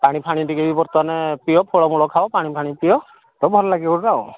ପାଣି ଫାଣି ଟିକେ ବି ବର୍ତ୍ତମାନ ପିଅ ଫଳମୂଳ ଖାଅ ପାଣି ଫାଣି ପିଅ ତ ଭଲ ଲାଗିବ ତ ଆଉ